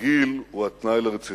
שהגיל הוא התנאי לרצינות,